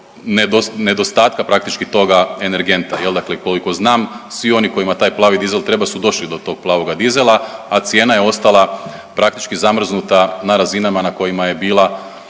nedostatka praktički toga energenta. Koliko znam, svi oni kojima taj plavi dizel treba su došli do tog plavoga dizela, a cijena je ostala praktički zamrznuta na razinama na kojima je bila